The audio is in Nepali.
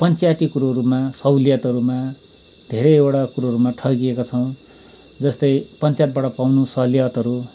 पञ्चायती कुरोहरूमा सहुलियतहरूमा धेरैवटा कुराहरूमा ठगिएका छौँ जस्तै पञ्चायतबाट पाउने सहुलियतहरू